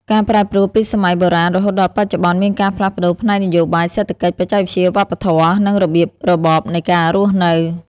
ការប្រែប្រួលពីសម័យបុរាណរហូតដល់បច្ចុប្បន្ន មានការផ្លាស់ប្តូរផ្នែកនយោបាយ សេដ្ឋកិច្ច បច្ចេកវិទ្យា វប្បធម៌ និងរបៀបរបបនៃការរស់នៅ។